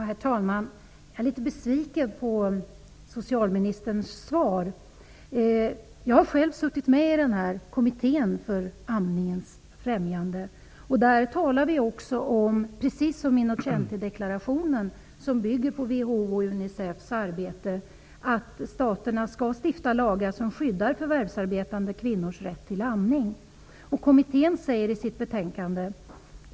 Herr talman! Jag är litet besviken på socialministerns svar. Jag har själv suttit med i den här kommittén för amningens främjande. Där talade vi -- precis som man gör i Innocentideklarationen, som bygger på WHO:s och Unicefs arbete -- om att staterna skall stifta lagar som skyddar förvärvsarbetande kvinnors rätt till amning. Kommittén skriver i sitt betänkande.